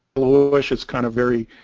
yellowish it's kind of very